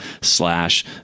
slash